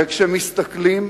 וכשמסתכלים